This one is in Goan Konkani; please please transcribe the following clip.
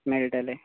मेळटले